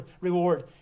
reward